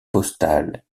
postale